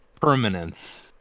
permanence